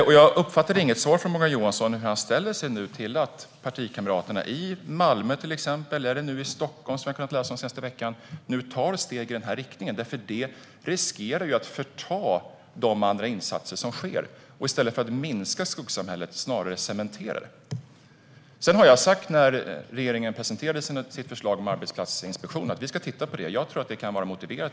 Jag uppfattade inget svar från Morgan Johansson om hur han ställer sig till att partikamraterna i till exempel Malmö eller Stockholm - det har vi kunnat läsa om den senaste veckan - nu tar steg i denna riktning. Det riskerar nämligen att förta de andra insatser som sker. I stället för att minska skuggsamhället cementerar man det snarare. När regeringen presenterade sitt förslag om arbetsplatsinspektioner sa jag att vi ska titta på detta. Jag tror att det kan vara motiverat.